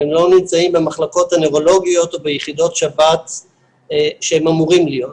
הם לא נמצאים במחלקות הנוירולוגיות וביחידות שבץ שהם אמורים להיות.